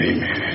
Amen